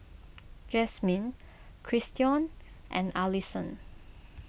Jasmin Christion and Allyson